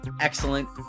excellent